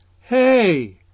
hey